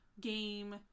game